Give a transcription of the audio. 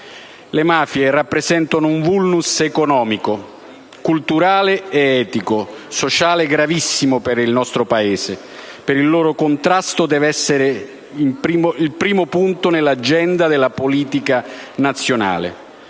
Le mafie rappresentano un *vulnus* economico, culturale, etico e sociale gravissimo per il nostro Paese e il loro contrasto deve essere il primo punto nell'agenda della politica nazionale.